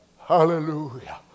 Hallelujah